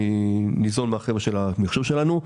אני ניזון מהחבר'ה של המחשוב שלנו,